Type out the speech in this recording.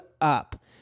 up